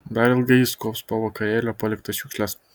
dar ilgai jis kuops po vakarėlio paliktas šiukšles